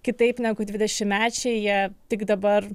kitaip negu dvidešimečiai jie tik dabar